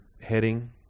heading